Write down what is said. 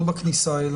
לא בכניסה.